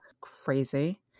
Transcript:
crazy